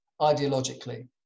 ideologically